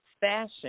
fashion